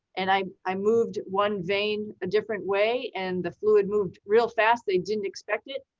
and i i moved one vein a different way, and the fluid moved real fast, they didn't expect it.